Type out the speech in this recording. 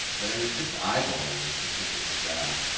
and i mean, just eyeballing it, just looking at the graph,